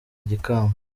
ikamba